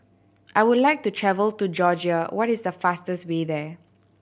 I would like to travel to Georgia what is the fastest way there